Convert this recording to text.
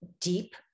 deep